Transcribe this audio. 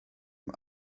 mae